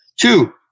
Two